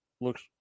Looks